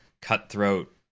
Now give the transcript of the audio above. cutthroat